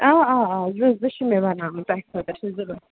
آ آ آ یُس زٕ چھِ مےٚ بناوٕنۍ تۄہہِ خٲطرٕ چھِ زٕ بہ